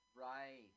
Right